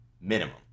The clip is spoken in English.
minimum